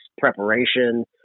preparation